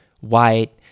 White